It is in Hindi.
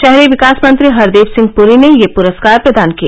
शहरी विकास मंत्री हरदीप सिंह पुरी ने ये पुरस्कार प्रदान किए